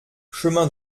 chemin